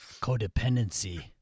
Codependency